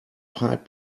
pipe